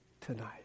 tonight